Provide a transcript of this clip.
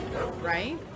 right